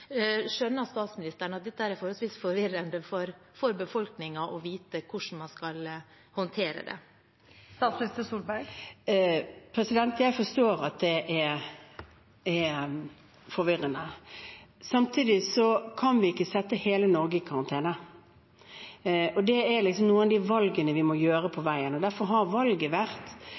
Skjønner statsministeren at det er forholdsvis forvirrende for befolkningen å vite hvordan man skal håndtere det? Jeg forstår at det er forvirrende. Samtidig kan vi ikke sette hele Norge i karantene. Det er noen av de valgene vi må gjøre på veien. Derfor har valget vært